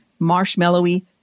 marshmallowy